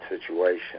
situation